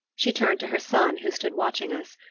she turned to her son, who stood watching us.